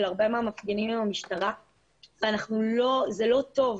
הרבה מהמפגינים עם המשטרה וזה לא טוב.